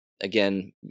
again